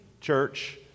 church